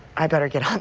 i better get on